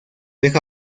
deja